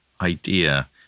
idea